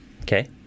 Okay